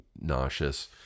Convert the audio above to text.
nauseous